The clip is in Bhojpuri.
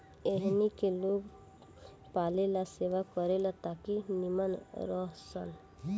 एहनी के लोग पालेला सेवा करे ला ताकि नीमन रह सन